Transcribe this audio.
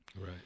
right